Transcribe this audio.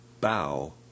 bow